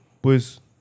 Pues